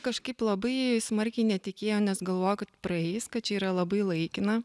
kažkaip labai smarkiai netikėjo nes galvojo kad praeis kad čia yra labai laikina